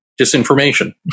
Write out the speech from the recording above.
disinformation